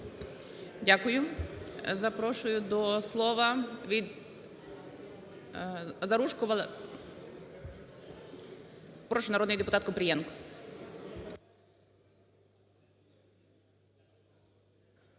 Дякую. Запрошую до слова від… Прошу, народний депутат Купрієнко.